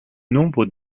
nombre